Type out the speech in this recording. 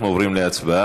אנחנו עוברים להצבעה.